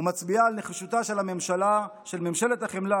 ומצביעים על נחישותה של ממשלת החמלה